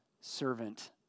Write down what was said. servant